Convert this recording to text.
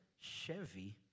Chevy